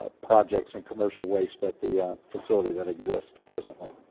ah projects, and commercial waste at the facility that exists presently.